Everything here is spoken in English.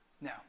Now